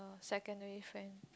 secondary friend